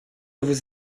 vous